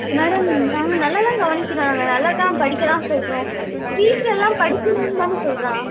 madam நாங்கள் நல்லா தான் கவனிக்கிறோம் நாங்கள் நல்லா தான் படிக்க தான் சொல்லுறோம் வீட்லலாம் படிச்சேன்னு தான் மேம் சொல்லுறான்